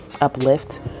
uplift